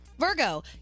Virgo